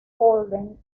holden